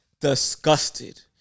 disgusted